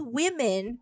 women